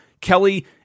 Kelly